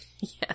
Yes